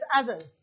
others